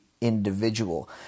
individual